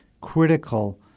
critical